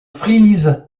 frise